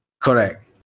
Correct